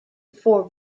before